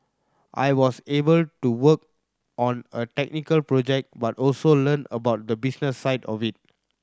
I was able to work on a technical project but also learn about the business side of it